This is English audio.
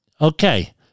Okay